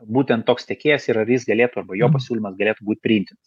būtent toks tiekėjas ir ar jis galėtų arba jo pasiūlymas galėtų būt priimtinas